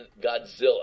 Godzilla